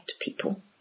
people